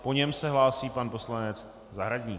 Po něm se hlásí pan poslanec Zahradník.